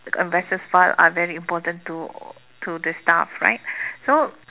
investors file are very important to to the staff right so